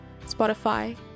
spotify